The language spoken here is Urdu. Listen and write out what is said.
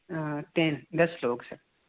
آں ٹن دس لوگ سر